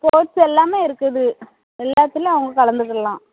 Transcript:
sports எல்லாமே இருக்குது எல்லாத்துலயும் அவங்க கலந்துக்கலாம்